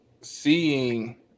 seeing